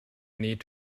need